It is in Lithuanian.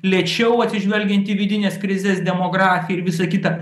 lėčiau atsižvelgiant į vidinės krizės demografiją ir visa kita